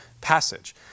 passage